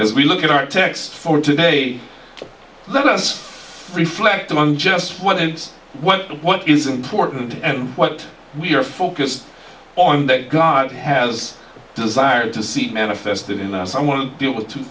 as we look at our text for today let us reflect on just what and what is important and what we are focused on that god has desired to see manifested in us i want to deal with two